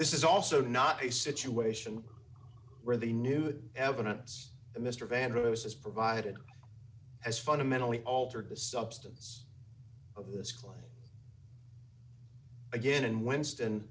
this is also not a situation where they knew the evidence that mr vanderhoof has provided has fundamentally altered the substance of this claim again and winston